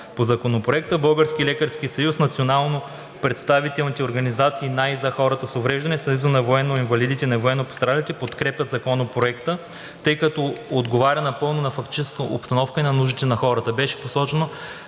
по законопроекта. Българският лекарски съюз, национално представителните организации на и за хората с увреждания и Съюзът на военноинвалидите и военнопострадалите подкрепят Законопроекта, тъй като отговаря напълно на фактическата обстановка и на нуждите на хората. Беше посочено,